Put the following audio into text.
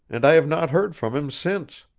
and i have not heard from him since.